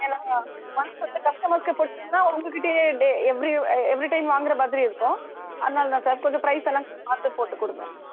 ஏன்னா ஒன்ஸ் வந்து கஸ்டமர்க்கு பிடிச்சிருந்தா உங்கக்கிட்டயே டெ எவ்ரி எவ்ரி டைம் வாங்குகிற மாதிரி இருக்கும் அதனால்தான் சார் கொஞ்சம் ப்ரைஸ் எல்லாம் பார்த்து போட்டு கொடுங்க